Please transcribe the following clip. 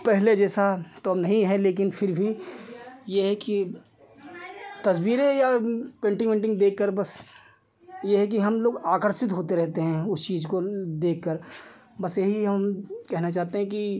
पहले जैसा तो अब नहीं है लेकिन फिर भी यह है कि तस्वीरें या पेन्टिन्ग वेन्टिन्ग देखकर बस यह है कि हमलोग आकर्षित होते रहते हैं उस चीज़ को देखकर बस यही हम कहना चाहते हैं कि